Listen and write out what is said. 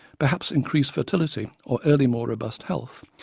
perhaps increased fertility or early more robust health,